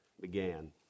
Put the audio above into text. began